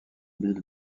bill